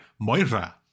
Moira